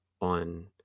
on